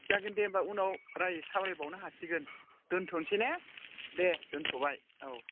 जागोन दे होमबा उनाव राय सावरायबावनो हासिगोन दोन्थ'सै ने दे दोन्थ'बाय औ